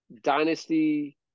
dynasty